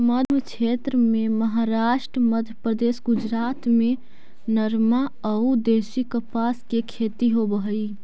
मध्मक्षेत्र में महाराष्ट्र, मध्यप्रदेश, गुजरात में नरमा अउ देशी कपास के खेती होवऽ हई